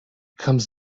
comes